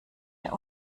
der